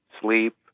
sleep